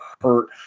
hurt